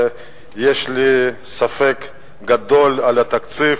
אבל יש לי ספק גדול על התקציב,